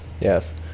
yes